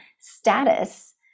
status